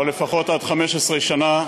או לפחות עד 15 שנה.